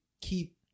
keep